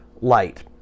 light